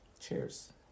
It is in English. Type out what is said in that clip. cheers